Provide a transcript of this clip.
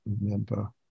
remember